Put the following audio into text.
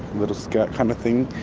little skirt kind of thing.